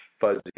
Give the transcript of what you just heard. fuzzy